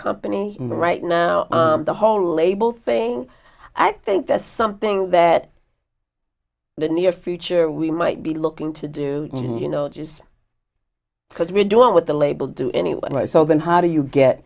company in right now the whole label thing i think that's something that the near future we might be looking to do you know just because we're doing what the label do anyway so then how do you get